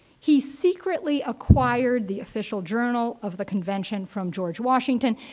he secretly acquired the official journal of the convention from george washington.